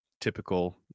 Typical